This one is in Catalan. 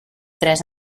tres